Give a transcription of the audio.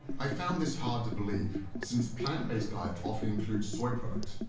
i found this hard to believe, since plant-based diets often include soy products,